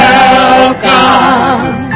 Welcome